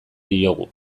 diogu